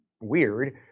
weird